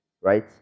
right